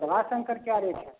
प्रभाशंकर क्या रेट है